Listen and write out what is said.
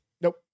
Nope